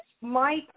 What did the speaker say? mike